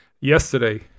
yesterday